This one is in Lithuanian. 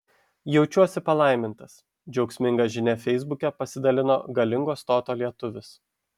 jaučiuosi palaimintas džiaugsminga žinia feisbuke pasidalino galingo stoto lietuvis